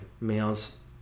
males